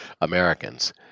Americans